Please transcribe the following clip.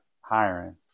hiring